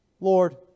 Lord